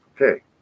Okay